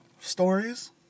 Stories